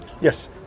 yes